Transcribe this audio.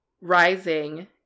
rising